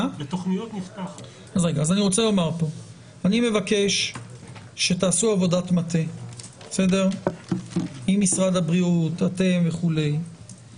אני מבקש שתעשו עבודת מטה עם משרד הבריאות וכולי כדי